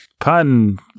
pun